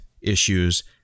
issues